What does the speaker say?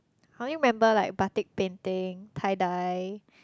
I only remember like Batik painting tie dye